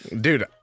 Dude